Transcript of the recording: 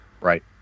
Right